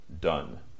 done